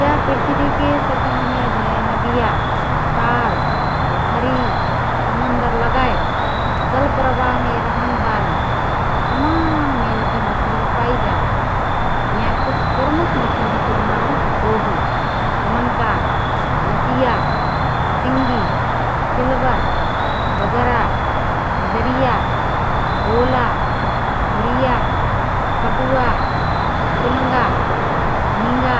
जा पृथ्वीके सतहमे भए नदिया, ताल, पोखरी, समन्दर लगायत जलप्रवाहमे रहनबाली तमान मेलकी मछरी पाइजात हएँ । हिँया कुछ प्रमुख मछरिनको नावँ रोहु, कमनकार, लचिया, सिङ्गी, सिलबर, बजरा, बजरिया, गोला, भुरिया, कटुवा, चुलंगा, झिँगा,